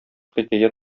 хикәя